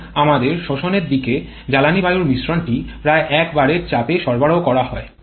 কারণ আমাদের শোষণের দিকে জ্বালানী বায়ুর মিশ্রণটি প্রায় ১ বারের চাপে সরবরাহ করা হয়